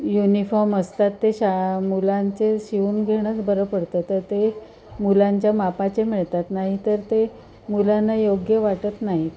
uniform असतात ते शा मुलांचे शिवून घेणंच बरं पडतं तर ते मुलांच्या मापाचे मिळतात नाहीतर ते मुलांना योग्य वाटत नाही